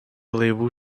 laivų